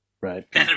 right